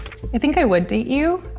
i think i would date you,